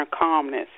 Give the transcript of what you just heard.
calmness